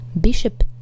bishop